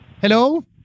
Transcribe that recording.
Hello